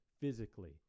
Physically